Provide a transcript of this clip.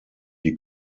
die